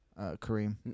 Kareem